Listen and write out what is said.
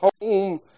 home